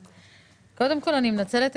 בבקשה.